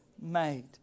made